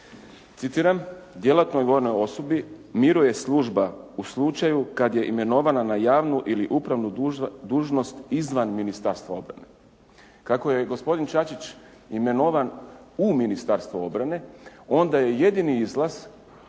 citiram: "Djelatnoj vojnoj osobi miruje služba u slučaju kad je imenovana na javnu ili upravnu dužnost izvan Ministarstva obrane." Kako je gospodin Čačić imenovan u Ministarstvu obrane onda je jedini izlaz